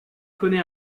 connait